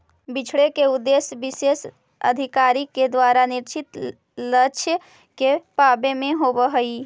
बिछड़े के उद्देश्य विशेष अधिकारी के द्वारा निश्चित लक्ष्य के पावे में होवऽ हई